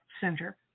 Center